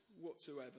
whatsoever